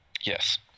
yes